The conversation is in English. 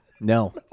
No